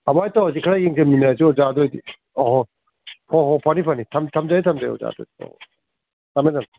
ꯑꯗꯨꯃꯥꯏ ꯇꯧꯔꯁꯤ ꯈꯔ ꯌꯦꯡꯁꯤꯟꯃꯤꯟꯅꯔꯁꯤ ꯑꯣꯖꯥ ꯑꯗꯨꯑꯣꯏꯗꯤ ꯑꯥꯍꯣꯏ ꯍꯣ ꯍꯣ ꯐꯅꯤ ꯐꯅꯤ ꯊꯝꯖꯔꯦ ꯊꯝꯖꯔꯦ ꯑꯣꯖꯥ ꯑꯗꯨꯗꯤ ꯊꯝꯃꯦ ꯊꯝꯃꯦ